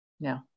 no